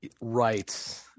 Right